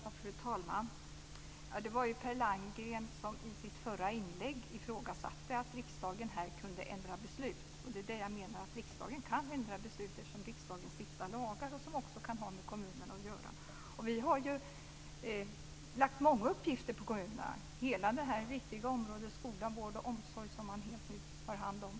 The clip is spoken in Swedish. Fru talman! Det var Per Landgren som i sitt förra inlägg ifrågasatte att riksdagen kunde ändra beslut. Det är det jag menar, riksdagen kan ändra beslut, eftersom riksdagen stiftar lagar som också kan ha med kommunen att göra. Vi har lagt många uppgifter på kommunerna. Hela det viktiga området skola, vård och omsorg har man hand om.